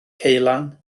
ceulan